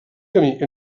camí